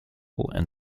and